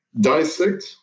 dissect